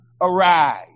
arise